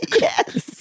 Yes